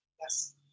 Yes